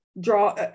draw